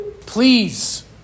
please